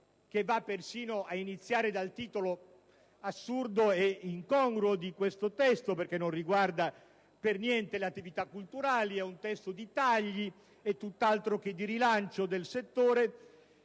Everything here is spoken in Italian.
inizia persino dal titolo, assurdo e incongruo, di questo testo perché non riguarda affatto le attività culturali: è un testo di tagli e tutt'altro che di rilancio del settore.